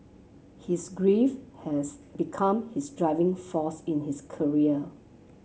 his grief has become his driving force in his career